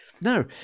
No